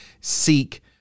seek